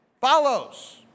follows